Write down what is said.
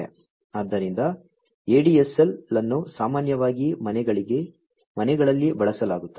ಆದ್ದರಿಂದ ADSL ಅನ್ನು ಸಾಮಾನ್ಯವಾಗಿ ಮನೆಗಳಲ್ಲಿ ಬಳಸಲಾಗುತ್ತದೆ